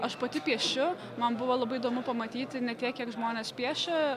aš pati piešiu man buvo labai įdomu pamatyti ne tiek kiek žmonės piešia